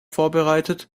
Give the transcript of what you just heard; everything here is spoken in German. vorbereitet